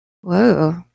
Whoa